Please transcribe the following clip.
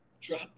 Drop